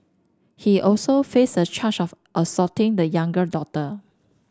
he also faced a charge of assaulting the younger daughter